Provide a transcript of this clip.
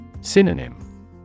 Synonym